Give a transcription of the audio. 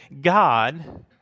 God